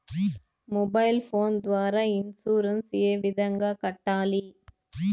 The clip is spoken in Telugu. మొబైల్ ఫోను ద్వారా ఇన్సూరెన్సు ఏ విధంగా కట్టాలి